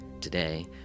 today